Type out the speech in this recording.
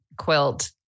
quilt